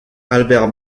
albert